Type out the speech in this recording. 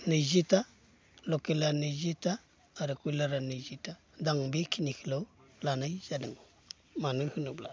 नैजिथा लकेला नैजिथा आरो कयलारा नैजिथा दां बेखिनिखोल' लानाय जादों मानो होनोब्ला